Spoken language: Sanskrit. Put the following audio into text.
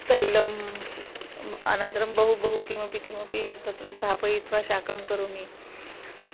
तैलम् अनन्तरं बहु बहु किमपि किमपि तत्र स्थापयित्वा शाकं करोमि